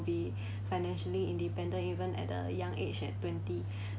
be financially independent even at a young age at twenty